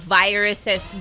viruses